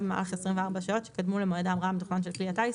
במהלך 24 השעות שקדמו למועד ההמראה המתוכנן של כלי הטיס,